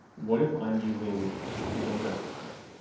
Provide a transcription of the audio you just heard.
what if i'm using don't judge you for this